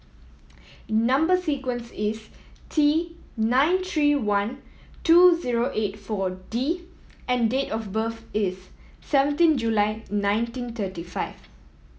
number sequence is T nine three one two zero eight Four D and date of birth is seventeen July nineteen thirty five